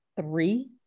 three